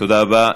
תודה רבה.